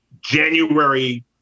January